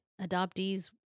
adoptees